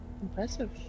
Impressive